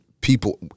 people